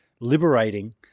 liberating